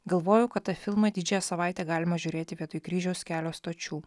galvoju kad tą filmą didžiąją savaitę galima žiūrėti pietų kryžiaus kelio stočių